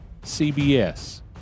cbs